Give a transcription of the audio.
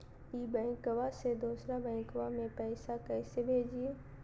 ई बैंकबा से दोसर बैंकबा में पैसा कैसे भेजिए?